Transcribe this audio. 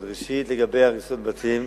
ראשית, לגבי הריסות בתים,